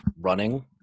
running –